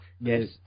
Yes